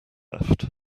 left